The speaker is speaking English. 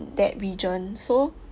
that region so